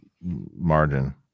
margin